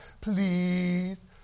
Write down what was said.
Please